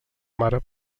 mare